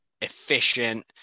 efficient